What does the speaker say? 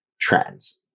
Trends